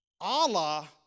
Allah